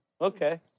Okay